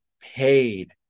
paid